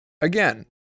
again